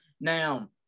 Now